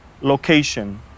location